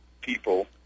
people